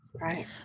Right